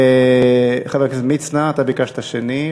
חבר הכנסת מצנע, אתה ביקשת שני.